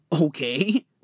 okay